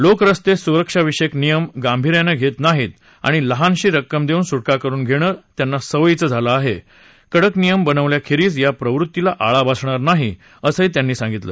लोक रस्ते सुरक्षाविषयक नियम गांभीर्यानं घेत नाहीत आणि लहानशी रक्कम देऊन सुटका करून घेणं त्यांना सवयीचं झालं आहे कडक नियम बनवल्याखेरीज या प्रवृत्तीला आळा बसणार नाही असं ते म्हणाले